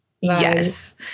Yes